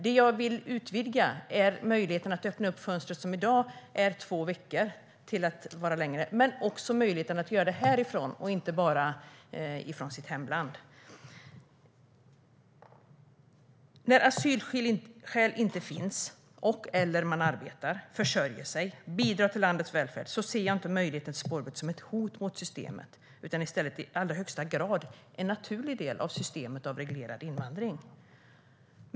Det som jag vill utvidga är möjligheterna att öppna det tidsfönster som i dag sträcker till två veckor till att vara öppet längre. Men man ska också ha möjlighet att göra det här och inte bara från sitt hemland. När asylskäl inte finns och man arbetar och försörjer sig och bidrar till landets välfärd ser jag inte möjligheten till ett spårbyte som ett hot mot systemet, utan det är i allra högsta grad en naturlig del av systemet med reglerad invandring.